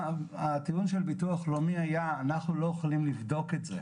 הטיעון של הביטוח הלאומי היה שהם לא יכולים לבדוק את זה.